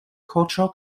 cultural